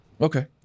Okay